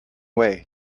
way